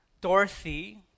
Dorothy